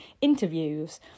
interviews